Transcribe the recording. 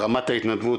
רמת ההתנדבות,